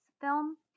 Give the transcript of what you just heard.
film